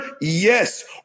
Yes